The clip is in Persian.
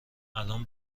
الان